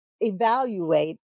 evaluate